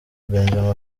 benjamin